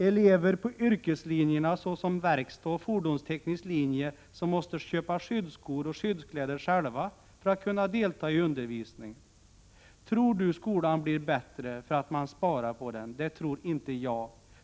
+ Elever på yrkeslinjerna såsom verkstad och fordonteknisk linje som måste köpa skyddsskor och skyddskläder själva för att kunna delta i undervisningen. Tror du skolan blir bättre för att man sparar på den? Det tror inte jag.